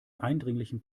eindringlichen